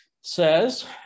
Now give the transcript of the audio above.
says